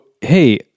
hey